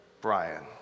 Brian